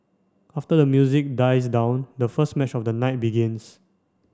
after the music dies down the first match of the night begins